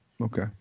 okay